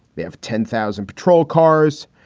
they ah ten thousand patrol cars.